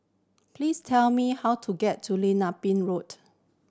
please tell me how to get to Lim Ah Pin Road